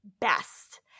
best